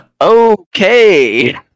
okay